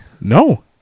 no